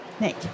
Nick